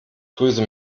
grüße